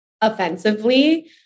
offensively